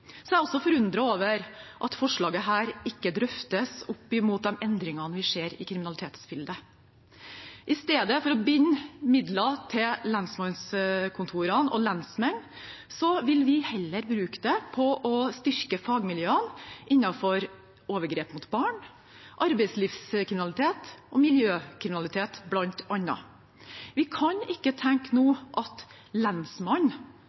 så jeg lar meg overraske over en sånn detaljstyring. Jeg er også forundret over at forslaget ikke drøftes opp imot de endringene vi ser i kriminalitetsbildet. I stedet for å binde midler til lensmannskontorene og lensmenn vil vi heller bruke dem på å styrke fagmiljøene innenfor overgrep mot barn, arbeidslivskriminalitet og miljøkriminalitet, bl.a. Vi kan ikke tenke nå at lensmannen